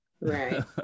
Right